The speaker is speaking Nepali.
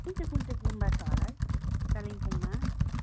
कुन चाहिँ कुन चाहिँ गुम्बा छ होला है कालिम्पोङमा